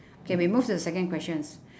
K we move to the second questions